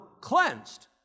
cleansed